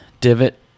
divot